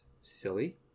Silly